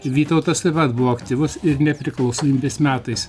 vytautas taip pat buvo aktyvus ir nepriklausomybės metais